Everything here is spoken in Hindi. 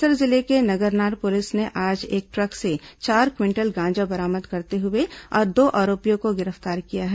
बस्तर जिले की नगरनार पुलिस ने आज एक ट्रक से चार क्विंटल गांजा बरामद करते हुए दो आरोपियों को गिरफ्तार किया है